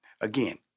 Again